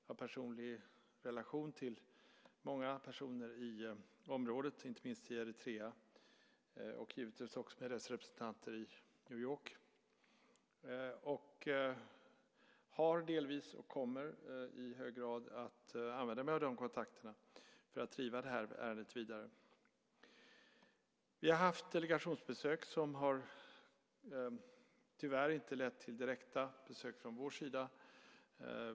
Jag har personlig relation till många personer i området, inte minst i Eritrea och givetvis också med deras representanter i New York. Jag har delvis använt och kommer i hög grad att använda mig av de kontakterna för att driva det här ärendet vidare. Vi har haft delegationsbesök som tyvärr inte har lett till direkta besök från vår sida.